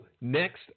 next